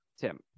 Tim